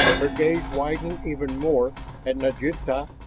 her gaze widened even more at naginlta